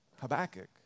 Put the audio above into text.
Habakkuk